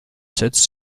setzt